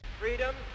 Freedom